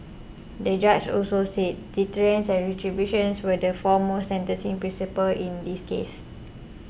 the judge also said deterrence and retributions were the foremost sentencing principles in this case